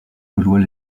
gaulois